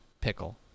Pickle